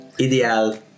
ideal